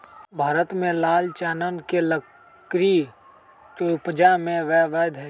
भारत में लाल चानन के लकड़ी के उपजा अवैध हइ